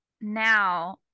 now